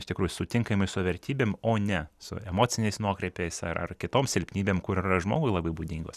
iš tikrųjų sutinkamai su vertybėm o ne su emociniais nuokrypiais ar ar kitom silpnybėm kur yra žmogui labai būdingos